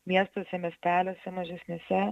miestuose miesteliuose mažesniuose